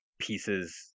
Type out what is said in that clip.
pieces